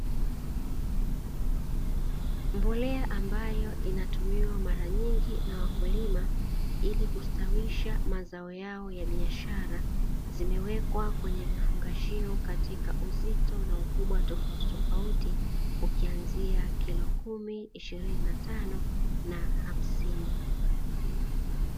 Mbolea ambayo inatumiwa mara nyingi na wakulima ili kustawisha mazao yao ya biashara, zimewekwa kwenye vifungashio katika uzito na ukubwa tofauti tofauti ukianzia kilo kumi, ishirini na tano na hamsini.